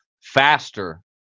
faster